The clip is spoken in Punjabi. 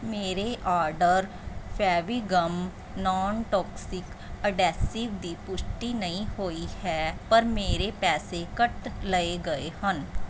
ਮੇਰੇ order Fevigum non toxic adhesive ਦੀ ਪੁਸ਼ਟੀ ਨਹੀਂ ਹੋਈ ਹੈ ਪਰ ਮੇਰੇ ਪੈਸੇ ਕਟ ਲਏ ਗਏ ਹਨ